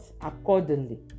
accordingly